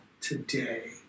today